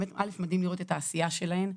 א', מדהים לראות את העשייה שלהן.